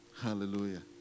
Hallelujah